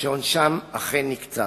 שעונשם אכן נקצב.